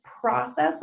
process